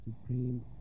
Supreme